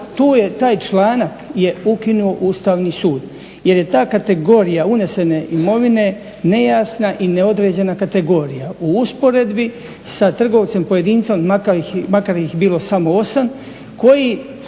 i tu je taj članak je ukinuo Ustavni sud jer je ta kategorija unesene imovine nejasna i neodređena kategorija. U usporedbi sa trgovcem pojedincem makar ih bilo samo 8 koji